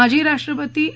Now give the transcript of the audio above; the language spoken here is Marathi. माजी राष्ट्रपती ए